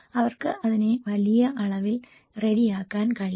അവർക്ക് അതിനെ വലിയ അളവിൽ റെഡി ആക്കാൻ കഴിയും